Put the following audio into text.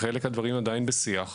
חלק מהדברים עדיין בשיח מתמשך.